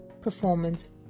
performance